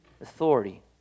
authority